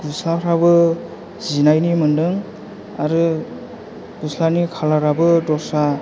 गस्लाफ्राबो जिनायनि मोन्दों आरो गस्लानि खालाराबो दस्रा